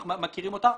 אותה.